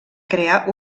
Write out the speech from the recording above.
crear